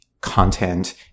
content